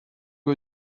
que